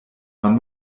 wann